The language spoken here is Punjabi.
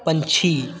ਪੰਛੀ